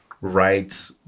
right